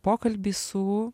pokalbį su